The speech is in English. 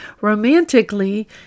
romantically